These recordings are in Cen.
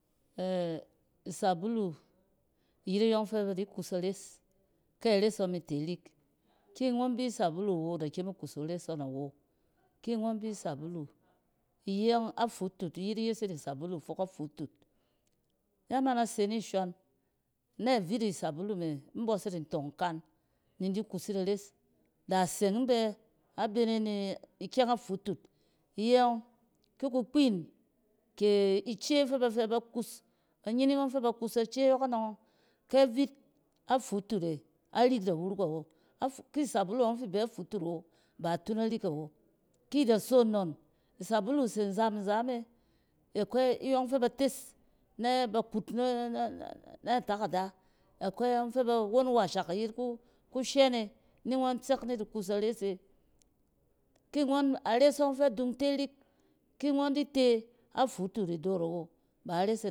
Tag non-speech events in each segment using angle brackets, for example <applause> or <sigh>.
<hesitation> isɛbulu, yet iyↄng fɛ ba di kus ares kɛ ares ngↄn mi te arik, ki ngↄn bi isabulu wo da kyem ikusu ares ngↄn awo. Ki ngↄn bi sabulu iye ↄng afutut, ayit yest yit isabulu fok afutut. Na mana se ni shↄn, kɛ vit asabulu me in bↄs yit ntong nkam ni in di kus yit ares. Da aseng bv, abene nɛ ikyɛng a futut. Iye ↄng ki kukpin ke ice yↄng fɛ b aba kus, banyining ↄng fɛ ba kus ace yↄkↄnↄng ↄng kɛ vit a futue e, arik da wuruk awo. Af-ki sabulu ↄng fi bɛ futuk awo, ba itun arik awo. Ki da so nnon, isabulu se nzam-nzam e. Akwai iyↄng fɛ ba tes, ba kut nan na-na-na takada, akwai iyↄng fɛ-ba won washak, ayet kushɛn e, ni ngↄn tsɛk dun tɛ rik ki ngↄn di te afutut e dot awo, baa ares e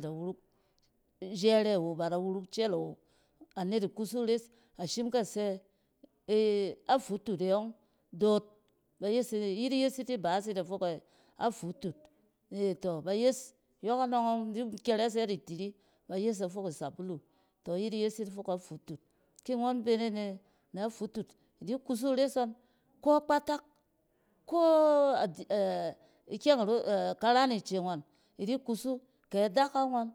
da wuruk jɛrɛ awo baa da wuruk cɛl awo. Anet ikusu res, ashim kɛ sɛ <hesitation> afutut e yↄng dot bayese lyit yes yit ni ibɛɛsit yɛ fok ɛ afutut, tↄ bs yes, yↄkↄnↄng ↄng in di kyɛrɛsɛt itiri. Ba yes yɛ fok isabulu, tↄ iyit yes yit fok afutut. Ki ngↄn bene na futut idi kusu res ngↄn ko a kpatak, ko <hesitation> ikyɛng iro, <hesitation> karam nice ngↄn idi kusu, kɛ daka ngↄn